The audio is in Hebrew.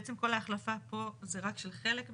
כל ההחלפה פה זה רק של חלק מהמתקן?